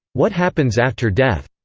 what happens after death?